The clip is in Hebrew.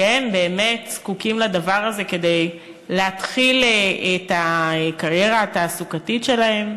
שהם באמת זקוקים לדבר הזה כדי להתחיל את הקריירה התעסוקתית שלהם.